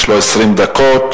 יש לו 20 דקות.